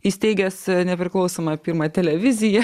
įsteigęs nepriklausomą pirmą televiziją